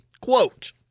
Quote